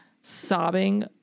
sobbing